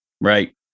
Right